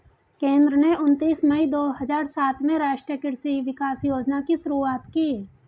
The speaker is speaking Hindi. केंद्र ने उनतीस मई दो हजार सात में राष्ट्रीय कृषि विकास योजना की शुरूआत की